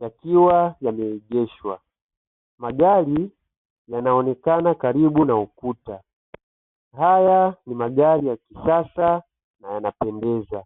yakiwa yameegeshwa. Magari yanaonekana karibu na ukuta haya ni magari ya kisasa na yanapendeza.